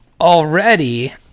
already